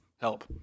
Help